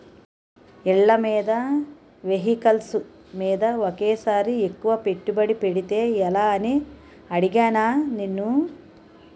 ఇళ్ళమీద, వెహికల్స్ మీద ఒకేసారి ఎక్కువ పెట్టుబడి పెడితే ఎలా అని అడిగానా నిన్ను